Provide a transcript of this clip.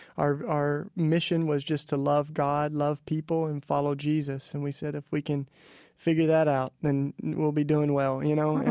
our our mission was just to love god, love people, and follow jesus. and we said, if we can figure that out, then we'll be doing well you know?